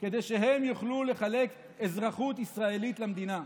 כדי שהם יוכלו לחלק אזרחות ישראלית למדינה.